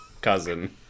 cousin